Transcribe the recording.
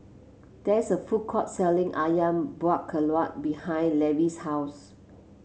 there is a food court selling ayam Buah Keluak behind Levy's house